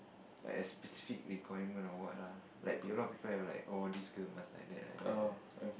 like specific requirement or what lah like you know people have like oh this girl must like that like that like that